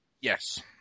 Yes